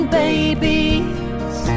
babies